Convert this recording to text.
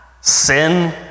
sin